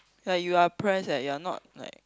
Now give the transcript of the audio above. ya you are a press leh you are not like